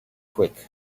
quick